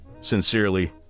Sincerely